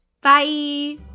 Bye